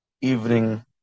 evening